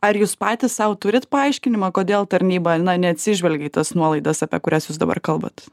ar jūs patys sau turit paaiškinimą kodėl tarnyba neatsižvelgia į tas nuolaidas apie kurias jūs dabar kalbat